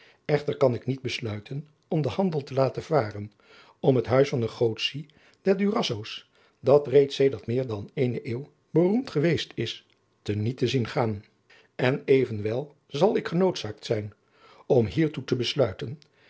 echter kan ik niet besluiten om den handel te laten varen om het huis van negotie der durazzo's dat reeds sedert meer dan eene eeuw beroemd geweest is te niet te zien gaan en evenwel zal ik genoodzaakt zijn om hiertoe te besluiten